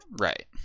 Right